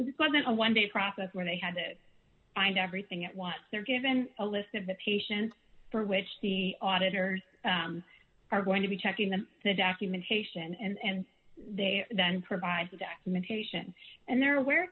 because in one day process where they had to find everything at once they're given a list of the patients for which the auditors are going to be checking them the documentation and they then provide the data mentation and there where